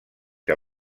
que